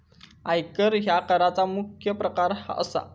आयकर ह्या कराचा मुख्य प्रकार असा